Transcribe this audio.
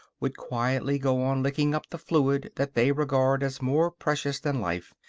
would quietly go on licking up the fluid that they regard as more precious than life,